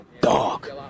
dog